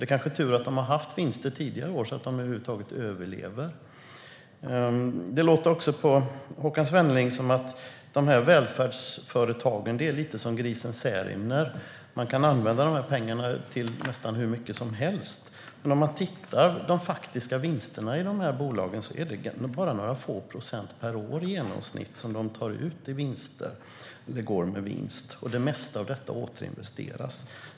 Det kanske är tur att de har haft vinster tidigare år så att de över huvud taget överlever. Det låter också på Håkan Svenneling som att välfärdsföretagen är lite som grisen Särimner. Man kan använda de här pengarna till nästan hur mycket som helst. Men om man tittar på de faktiska vinsterna i de här bolagen ser man att det i genomsnitt bara är med några få procent per år som de går med vinst, och det mesta av detta återinvesteras.